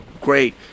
great